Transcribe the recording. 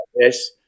Yes